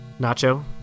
Nacho